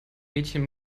mädchen